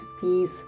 peace